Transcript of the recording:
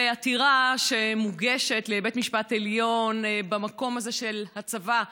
ועתירה שמוגשת לבית משפט עליון במקום הזה של הצבא,